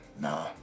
No